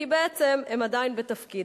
כי בעצם הם עדיין בתפקיד,